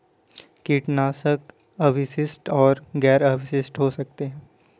कीटनाशक अवशिष्ट और गैर अवशिष्ट हो सकते हैं